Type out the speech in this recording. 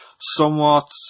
somewhat